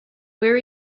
where